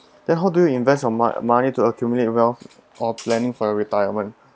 then how do you invest your mo~ money to accumulate wealth or planning for your retirement